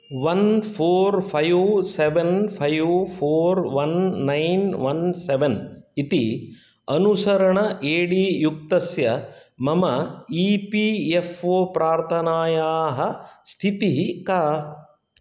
one four five seven five four one nine one seven इति अनुसरण A D युक्तस्य मम ई पी एफ़् ओ प्रार्थनायाः स्थितिः का